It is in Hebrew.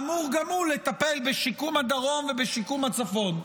אמור גם הוא לטפל בשיקום הדרום ובשיקום הצפון,